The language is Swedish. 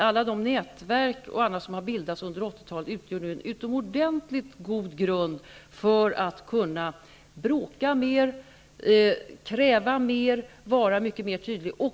Alla de nätverk som har bildats under 80-talet utgör nu en utomordentligt god grund för att kunna bråka mer, kräva mer, vara mycket mer tydlig.